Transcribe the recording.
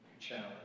challenge